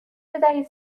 بدهید